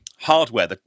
hardware